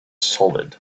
solid